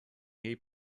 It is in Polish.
jej